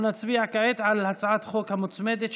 אנחנו נצביע כעת על הצעת החוק המוצמדת,